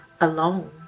alone